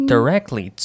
Directly